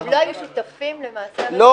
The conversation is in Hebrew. אלא הם לא היו שותפים למעשה הרצח --- אני